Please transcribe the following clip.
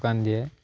চকু কান দিয়ে